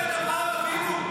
הזכרת את אברהם אבינו,